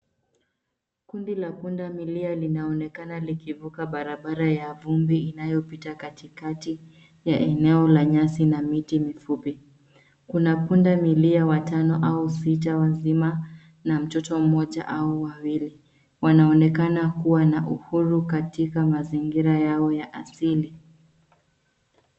Kundi la pundamilia linaonekana likivuka barabara ya vumbi inayopita katikati ya eneo la nyasi na miti mifupi. Kuna pundamilia watano au sita wazima na mtoto mmoja au wawili. Wanaonekana kuwa na uhuru katika mazingira yao ya asili.